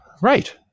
Right